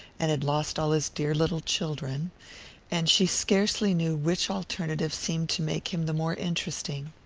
and had lost all his dear little children and she scarcely knew which alternative seemed to make him the more interesting.